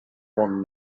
one